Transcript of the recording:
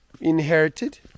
inherited